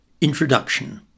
Introduction